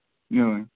آ